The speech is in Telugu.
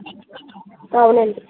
అవునండి